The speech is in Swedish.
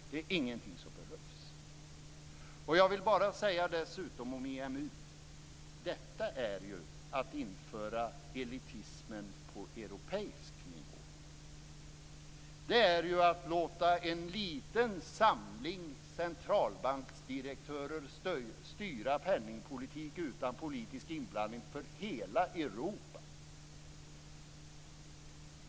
Det är ingenting som behövs. Dessutom vill jag säga om EMU: Detta är ju att införa elitismen på europeisk nivå. Det är att låta en liten samling centralbanksdirektörer styra penningpolitiken utan politisk inblandning för hela Europa.